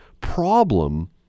problem